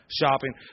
Shopping